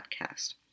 podcast